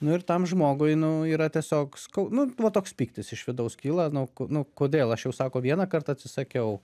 nu ir tam žmogui nu yra tiesiog skau nu va toks pyktis iš vidaus kyla nuo ko nu kodėl aš jau sako vieną kartą atsisakiau